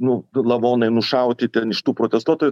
nu lavonai nušauti ten iš tų protestuotojų